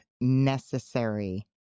necessary